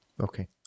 Okay